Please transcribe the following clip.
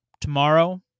tomorrow